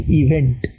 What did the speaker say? event